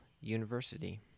University